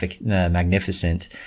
magnificent